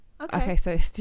okay